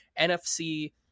NFC